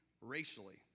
racially